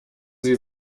sie